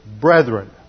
brethren